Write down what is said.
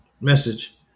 message